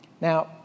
Now